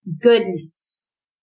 goodness